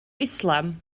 islam